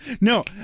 No